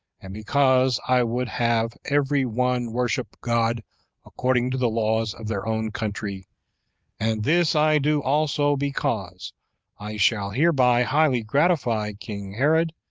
and because i would have every one worship god according to the laws of their own country and this i do also because i shall hereby highly gratify king herod,